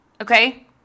okay